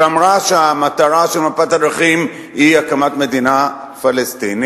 שאמרה שהמטרה של מפת הדרכים היא הקמת מדינה פלסטינית.